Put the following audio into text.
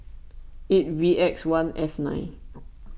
eight V X one F nine